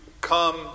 come